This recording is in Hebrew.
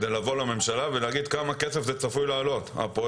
כדי לבוא לממשלה ולומר כמה הפרויקט הזה צפוי לעלות.